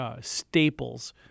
staples